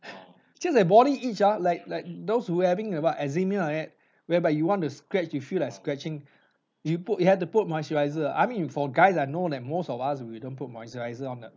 just a body itch ah like like those who having uh what eczema like that whereby you want to scratch you feel like scratching you put you have to put moisturizer I mean for guy that know than most of us we don't put moisturizer on the